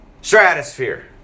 stratosphere